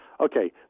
Okay